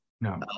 No